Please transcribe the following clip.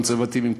קונסרבטיבים.